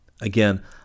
Again